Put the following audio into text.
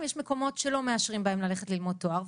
יש מקומות שלא מאשרים בהם ללכת ללמוד תואר.